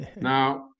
now